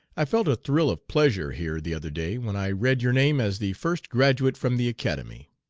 i felt a thrill of pleasure here the other day when i read your name as the first graduate from the academy.